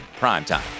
primetime